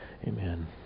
Amen